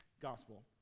gospel